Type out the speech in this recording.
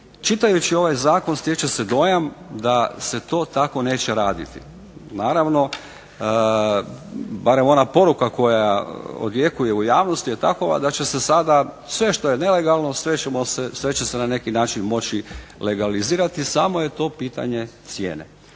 Čitajući ovaj zakon stječe se dojam da se to tako neće raditi. Naravno, barem ona poruka koja odjekuje u javnosti je takova da će se sada sve što je nelegalno sve će se na neki način moći legalizirati samo je to pitanje cijene.